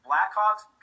Blackhawks